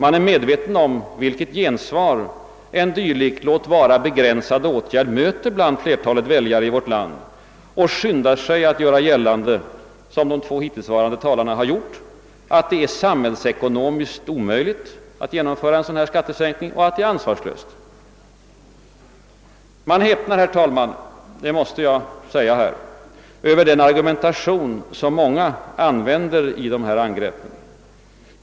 Man är medveten om vilket gensvar en dylik, låt vara begränsad, åtgärd möter bland flertalet väljare i vårt land, och man skyndar sig att göra gällande, som de två tidigare talarna gjort, att det är samhällsekonyoomiskt omöjligt och ansvarslöst att genomföra en sådan skattesänkning. Herr talman! Jag måste säga att jag häpnar över den argumentation som många använder i dessa angrepp.